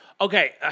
Okay